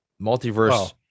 multiverse